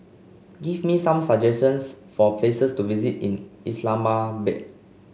give me some suggestions for places to visit in Islamabad